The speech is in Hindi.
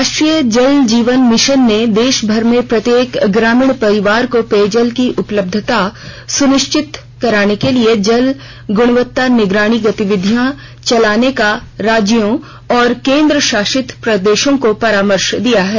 राष्ट्रीय जल जीवन मिशन ने देश भर में प्रत्येक ग्रामीण परिवार को पेयजल की उपलब्धता सुनिश्चित करने के लिए जल गुणवत्ता निगरानी गतिविधियां चलाने का राज्यों और केन्द्र शासित प्रदेशों को परामर्श दिया है